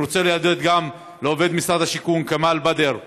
אני רוצה להודות גם לעובד משרד השיכון כמאל בדר,